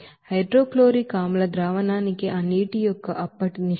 hydrochloric acid solution కి ఆ నీటి యొక్క అప్పటి నిష్పత్తి ఎంత